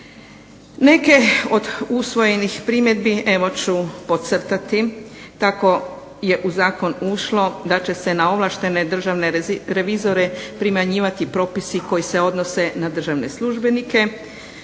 Neke od usvojenih primjedbi evo ću podcrtati. Tako je u zakon ušlo da će se na ovlaštene državne revizore primjenjivati propisi koji se odnose na državne službenike.